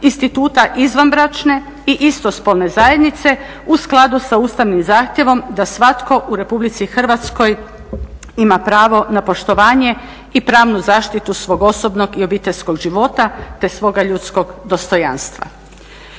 instituta izvanbračne i istospolne zajednice u skladu sa ustavnim zahtjevom da svatko u RH ima pravo na poštovanje i pravnu zaštitu svog osobnog i obiteljskog života te svoga ljudskog dostojanstva.